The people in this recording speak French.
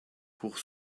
pour